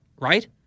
Right